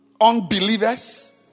Unbelievers